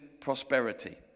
prosperity